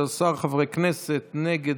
בעד, 13 חברי כנסת, נגד,